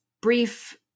brief